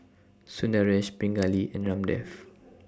Sundaresh Pingali and Ramdev